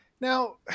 Now